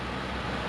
mmhmm